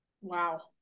Wow